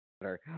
better